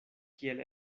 kiel